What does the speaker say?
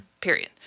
period